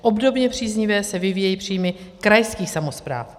Obdobně příznivě se vyvíjejí příjmy krajských samospráv.